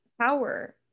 power